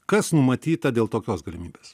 kas numatyta dėl tokios galimybės